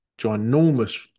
Ginormous